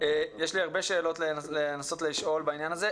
יש לי הרבה שאלות בעניין הזה.